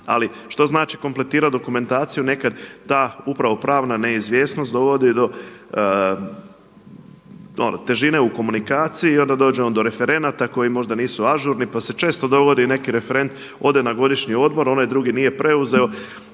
Ali što znači kompletirati dokumentaciju? Nekad ta upravo pravna neizvjesnost dovodi do težine u komunikaciji i onda dođe on do referenata koji možda nisu ažurni. Pa se često dogodi, neki referent ode na godišnji odmor, onaj drugi nije preuzeo.